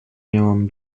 miałam